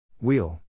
Wheel